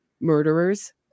murderers